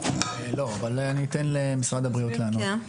לא, אולי ניתן למשרד הבריאות לענות.